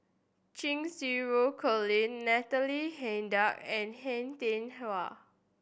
Cheng Xinru Colin Natalie Hennedige and Han Tian Hua